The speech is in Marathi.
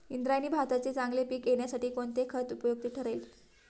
इंद्रायणी भाताचे चांगले पीक येण्यासाठी कोणते खत उपयुक्त ठरेल?